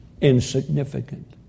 insignificant